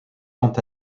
quant